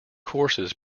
courses